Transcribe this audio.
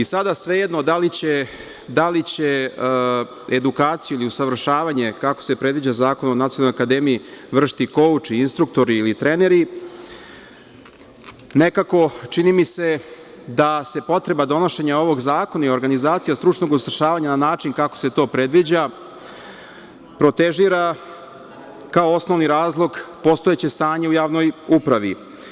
Sada je svejedno da li će edukaciju ili usavršavanje, kako se predviđa zakonom o Nacionalnoj akademiju, vršiti kouči, instruktori ili treneri, nekako, čini mi se da se potreba donošenja ovog zakona i organizacija stručnog usavršavanja, na način kako se to predviđa, protežira kao osnovni razlog postojećeg stanja u javnoj upravi.